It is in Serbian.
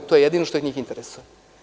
To je jedino što njih interesuje.